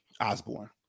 Osborne